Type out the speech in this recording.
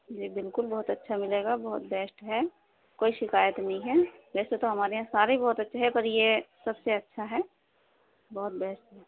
جی بالکل بہت اچھا ملے گا بہت بیسٹ ہے کوئی شکایت نہیں ہے ایسے تو ہمارے یہاں سارے بہت اچھے ہیں پر یہ سب سے اچھا ہے بہت بیسٹ ہے